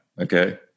Okay